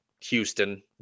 Houston